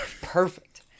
Perfect